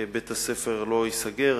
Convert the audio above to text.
בית-הספר לא ייסגר.